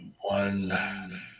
one